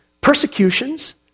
persecutions